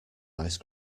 ice